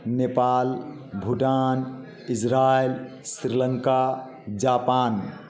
Nepal Bhutan Israel Sri Lanka Japan